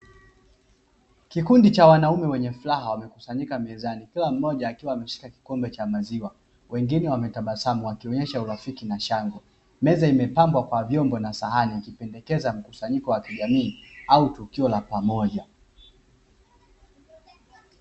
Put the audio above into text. Kikundi cha wanaume wenye furaha wamekusanyika mezani, kila mmoja akiwa ameshika kikombe cha maziwa. Wengine wametabasamu wakionesha urafiki na shangwe. Meza imepambwa kwa vyombo na sahani ikipendekeza mkusanyiko wa kijamii au tukio la pamoja.